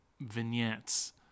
vignettes